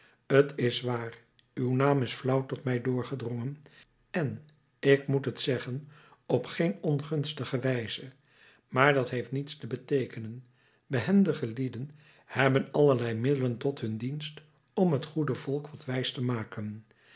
t is waar uw naam is flauw tot mij doorgedrongen en ik moet het zeggen op geen ongunstige wijze maar dat heeft niets te beteekenen behendige lieden hebben allerlei middelen tot hun dienst om het goede volk wat wijs te maken